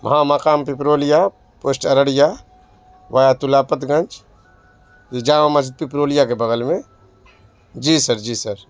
ہاں مقام پپرولیا پوسٹ ارڑیا ویا تلہاپت گنج جامع مسجد پپرولیا کے بغل میں جی سر جی سر